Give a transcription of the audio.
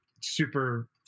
super